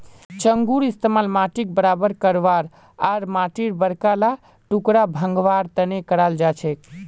चंघूर इस्तमाल माटीक बराबर करवा आर माटीर बड़का ला टुकड़ा भंगवार तने कराल जाछेक